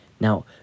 Now